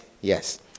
Yes